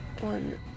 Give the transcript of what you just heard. One